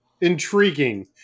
intriguing